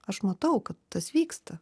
aš matau kad tas vyksta